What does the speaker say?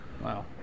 Wow